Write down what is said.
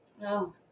No